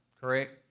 correct